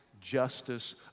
justice